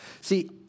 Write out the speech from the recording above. See